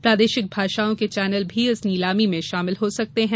प्रादेशिक भाषाओं के चैनल भी इस नीलामी में शामिल हो सकते हैं